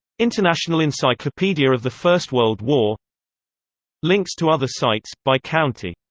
international encyclopedia of the first world war links to other sites, by county